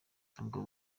ntabwo